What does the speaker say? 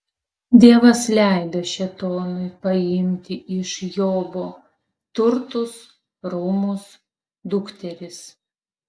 dievas leido šėtonui paimti iš jobo turtus rūmus dukteris